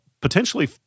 potentially